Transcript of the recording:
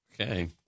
Okay